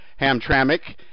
Hamtramck